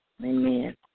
Amen